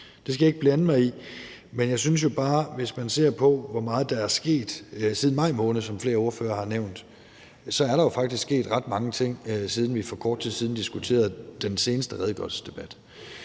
Det skal jeg ikke blande mig i, men jeg synes bare, at hvis man ser på, hvor meget der er sket siden maj måned, som flere ordførere har nævnt, så er der jo faktisk sket ret mange ting, siden vi for kort tid siden havde den seneste redegørelsesdebat.